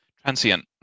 Transient